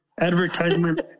advertisement